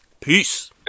Peace